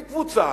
עם קבוצה